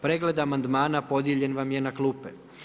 Pregled amandmana podijeljen vam je na klupe.